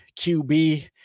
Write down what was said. QB